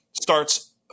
starts